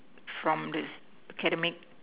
from the academic